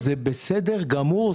זה בסדר גמור,